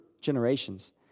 generations